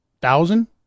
Thousand